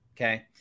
Okay